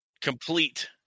complete